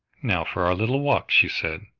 now for our little walk, she said.